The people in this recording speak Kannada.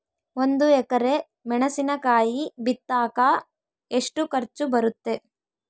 ಒಂದು ಎಕರೆ ಮೆಣಸಿನಕಾಯಿ ಬಿತ್ತಾಕ ಎಷ್ಟು ಖರ್ಚು ಬರುತ್ತೆ?